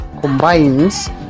combines